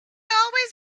always